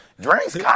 Drinks